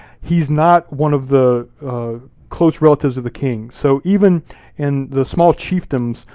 he's not one of the close relatives of the king. so even in the small chiefdoms,